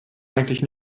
eigentlich